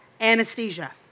anesthesia